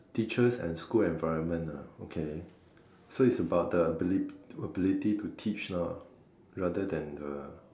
teachers and school environment ah okay so is about the abili~ ability to teach lah rather than the